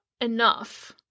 enough